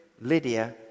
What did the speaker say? Lydia